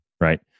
right